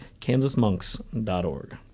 kansasmonks.org